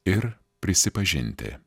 ir prisipažinti